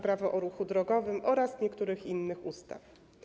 Prawo o ruchu drogowym oraz niektórych innych ustaw.